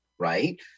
Right